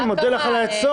כן, אני מודה לך על העצות.